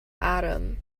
adam